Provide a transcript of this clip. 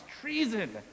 treason